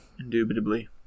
Indubitably